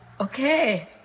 Okay